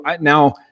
now